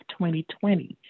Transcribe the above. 2020